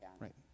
right